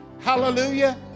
Hallelujah